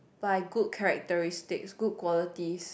by good characteristics good qualities